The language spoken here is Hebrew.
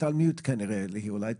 לאחר מכן נשמע את סגן ראש העיר לשעבר,